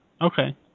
Okay